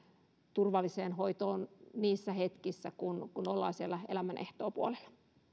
turvalliseen hoitoon niissä hetkissä kun kun ollaan siellä elämän ehtoopuolella